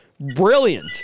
brilliant